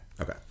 Okay